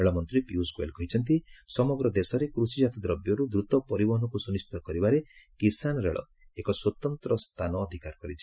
ରେଳମନ୍ତ୍ରୀ ପିୟୁଷ ଗୋଏଲ କହିଛନ୍ତି ସମଗ୍ର ଦେଶରେ କୃଷିଜାତ ଦ୍ରବ୍ୟର ଦ୍ରତ ପରିବହନକୁ ସୁନିଶ୍ଚିତ କରିବାରେ କିଶାନ ରେଳ ଏକ ସ୍ପତନ୍ତ୍ର ସ୍ଥାନ ଅଧିକାର କରିଛି